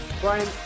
Brian